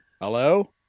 hello